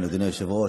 אדוני היושב-ראש,